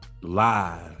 live